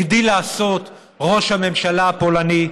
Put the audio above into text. הגדיל לעשות ראש הממשלה הפולני,